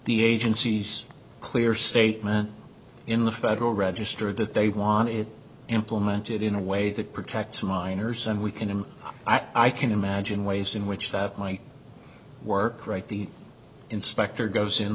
the agency's clear statement in the federal register that they want it implemented in a way that protects minors and we can and i can imagine ways in which that might work right the inspector goes in